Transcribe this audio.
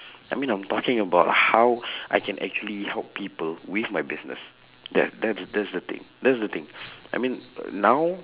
I mean I'm talking about how I can actually help people with my business that that's that's the thing that's the thing I mean now